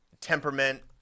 temperament